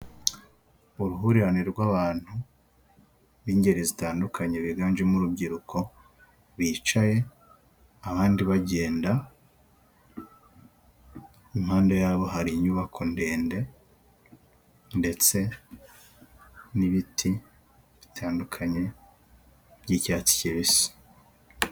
Uruhurirane rw'abantu b'ingeri zitandukanye biganjemo urubyiruko, bicaye abandi bagenda, impande yabo hari inyubako ndende ndetse n'ibiti bitandukanye by'icyatsi kibisi.